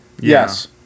Yes